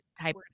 Type